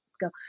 go